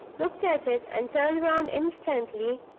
looked at it, and turned round instantly,